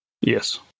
yes